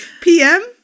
PM